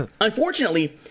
Unfortunately